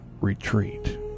retreat